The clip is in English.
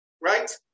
right